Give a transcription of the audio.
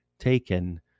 taken